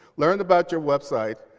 learned about your website.